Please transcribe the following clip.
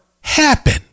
happen